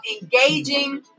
engaging